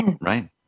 Right